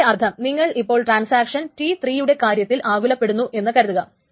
അതിന്റെ അർത്ഥം നിങ്ങൾ ഇപ്പോൾ ട്രാൻസാക്ഷൻ T3 യുടെ കാര്യത്തിൽ ആകുലപ്പെടുന്നു എന്നു കരുതുക